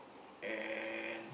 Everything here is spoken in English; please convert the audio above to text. and